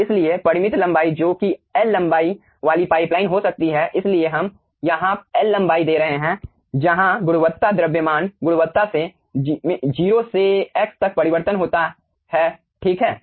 इसलिए परिमित लंबाई जो कि L लंबाई वाली पाइप लाइन हो सकती है इसलिए हम यहाँ L लंबाई दे रहे हैं जहाँ गुणवत्ता द्रव्यमान गुणवत्ता में 0 से x तक परिवर्तन होता हैं ठीक है